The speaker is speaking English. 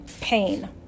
pain